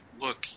Look